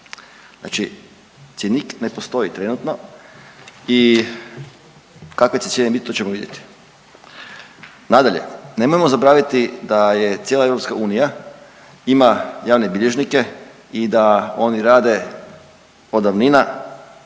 Znači cjenik ne postoji trenutno i kakve će cijene biti to ćemo vidjeti. Nadalje, nemojmo zaboraviti da je cijela EU ima javne bilježnike i da oni rade od davnina,